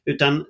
Utan